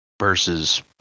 versus